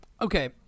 Okay